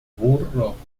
burro